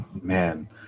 Man